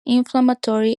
inflammatory